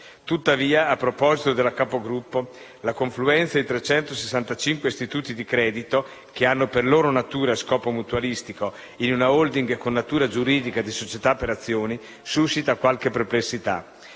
Tuttavia, a proposito della capogruppo, la confluenza di 365 istituti di credito - che hanno per loro natura scopo mutualistico - in una *holding* con natura giuridica di società per azioni, suscita qualche perplessità.